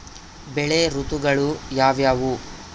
ಬೆಳೆ ಋತುಗಳು ಯಾವ್ಯಾವು?